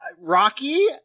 Rocky